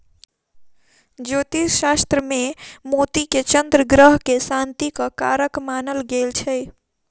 ज्योतिष शास्त्र मे मोती के चन्द्र ग्रह के शांतिक कारक मानल गेल छै